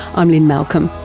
i'm lynne malcolm.